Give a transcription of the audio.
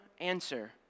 answer